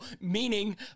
meaning